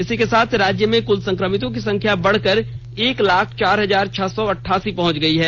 इसके साथ राज्य में कुल संक्रमितों की संख्या बढ़कर एक लाख चार हजार छह सौ अट्टासी पहुंच गई है